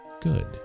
good